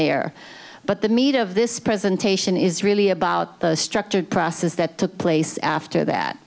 there but the meat of this presentation is really about the structured process that took place after